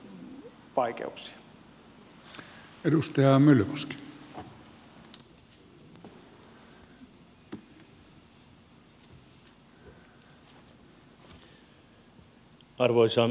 arvoisa herra puhemies